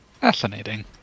Fascinating